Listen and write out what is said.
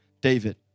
David